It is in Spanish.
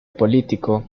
político